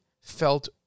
felt